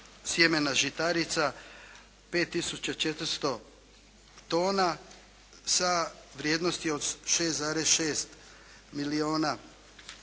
sjemena žitarica 5 tisuća 400 tona sa vrijednosti od 6,6 milijuna